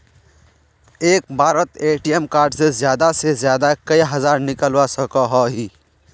एक बारोत ATM card से ज्यादा से ज्यादा कई हजार निकलवा सकोहो ही?